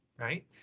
right